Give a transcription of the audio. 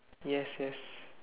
yes yes